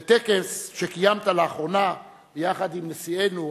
בטקס שקיימת לאחרונה ביחד עם נשיאנו,